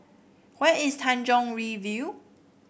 where is Tanjong Rhu View